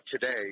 today